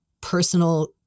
personal